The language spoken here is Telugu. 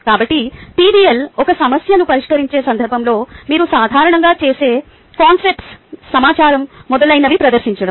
కాబట్టి PBL ఒక సమస్యను పరిష్కరించే సందర్భంలో మీరు సాధారణంగా చేసే కాన్సెప్ట్స్ సమాచారం మొదలైనవి ప్రదర్శిoచడం